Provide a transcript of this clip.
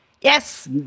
Yes